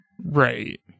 Right